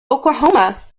oklahoma